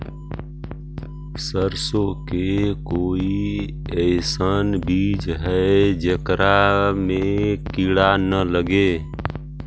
सरसों के कोई एइसन बिज है जेकरा में किड़ा न लगे?